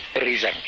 reason